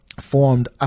formed